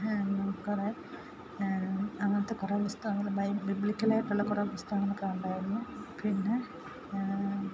നമുക്കവിടെ അങ്ങനത്തെ കുറേ പുസ്തകങ്ങൾ ബിബ്ലിക്കലായിട്ടുള്ള കുറേ പുസ്തകങ്ങളൊക്കെ ഉണ്ടായിരുന്നു പിന്നെ